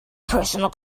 personal